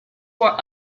were